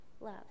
love